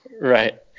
right